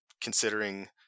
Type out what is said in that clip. considering